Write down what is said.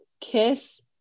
kiss